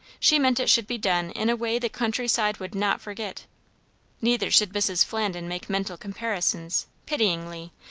she meant it should be done in a way the country-side would not forget neither should mrs. flandin make mental comparisons, pityingly,